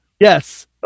Yes